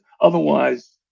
otherwise